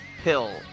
Pill